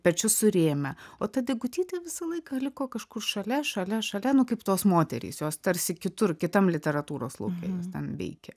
pečius surėmę o ta degutytė visą laiką liko kažkur šalia šalia šalia nu kaip tos moterys jos tarsi kitur kitam literatūros lauke ten veikia